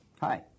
Hi